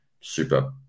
super